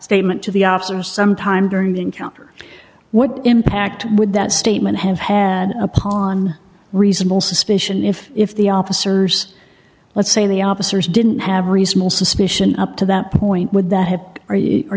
statement to the officer some time during the encounter what impact would that statement have had upon reasonable suspicion if if the officers let's say the officers didn't have reasonable suspicion up to that point would that have are you are